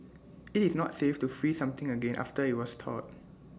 IT is not safe to freeze something again after IT has thawed